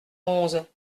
onze